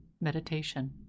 meditation